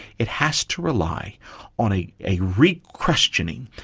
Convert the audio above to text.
it has to rely on a a requestioning,